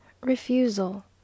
Refusal